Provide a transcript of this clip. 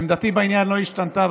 עמדתי בעניין לא השתנתה,